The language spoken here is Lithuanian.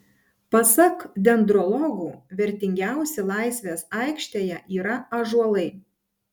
pasak dendrologų vertingiausi laisvės aikštėje yra ąžuolai